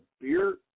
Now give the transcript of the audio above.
beer